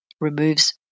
removes